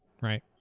right